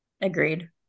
Agreed